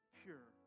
pure